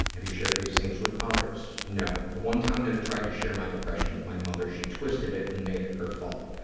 have you shared these things with others? no. the one time that i tried to share my depression with my mother, she twisted it and made it her fault.